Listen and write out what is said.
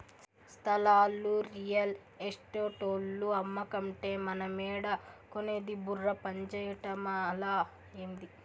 స్థలాలు రియల్ ఎస్టేటోల్లు అమ్మకంటే మనమేడ కొనేది బుర్ర పంజేయటమలా, ఏంది